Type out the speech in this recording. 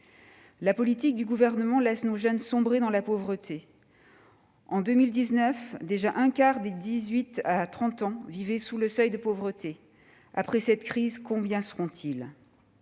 La politique du Gouvernement laisse nos jeunes sombrer dans la pauvreté. En 2019, déjà un quart des jeunes de 18 à 30 ans vivaient sous le seuil de pauvreté. Après cette crise, combien seront-ils ?